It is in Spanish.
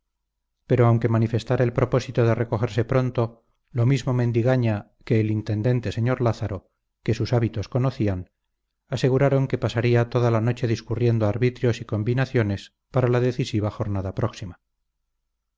pero aunque manifestara el propósito de recogerse pronto lo mismo mendigaña que el intendente sr lázaro que sus hábitos conocían aseguraron que pasaría toda la noche discurriendo arbitrios y combinaciones para la decisiva jornada próxima